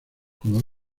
como